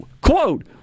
Quote